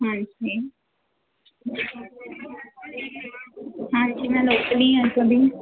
ਹਾਂਜੀ ਮੈਂ ਲੋਕਲ ਹੀ ਆ ਇੱਥੋਂ ਦੀ